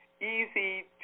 easy